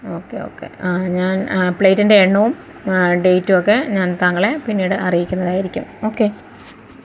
okay okay ഞാൻ പ്ലേറ്റിൻ്റെ എണ്ണവും ഡേറ്റും ഒക്കെ ഞാൻ താങ്കളെ പിന്നീട് അറിയിക്കുന്നതായിരിക്കും ഓക്കേ